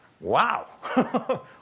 wow